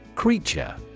Creature